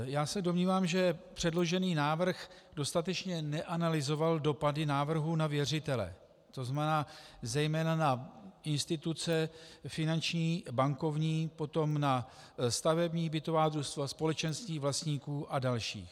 Já se domnívám, že předložený návrh dostatečně neanalyzoval dopady návrhu na věřitele, tzn. zejména na instituce finanční, bankovní, potom na stavební bytová družstva, společenství vlastníků a další.